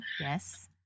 Yes